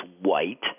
white